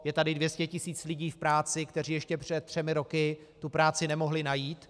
Je tady 200 tisíc lidí v práci, kteří ještě před třemi roky tu práci nemohli najít.